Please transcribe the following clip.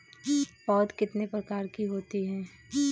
पौध कितने प्रकार की होती हैं?